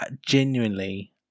genuinely